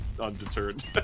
undeterred